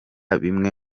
bimwe